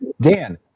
Dan